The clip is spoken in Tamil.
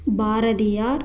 பாரதியார்